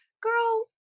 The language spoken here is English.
girl